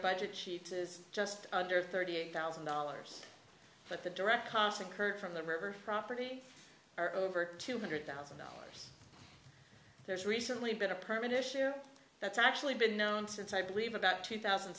budget sheets is just under thirty eight thousand dollars but the direct cause of kurds from the river property are over two hundred thousand dollars there's recently been a permit issue that's actually been known since i believe about two thousand